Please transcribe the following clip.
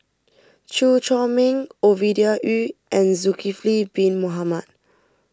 Chew Chor Meng Ovidia Yu and Zulkifli Bin Mohamed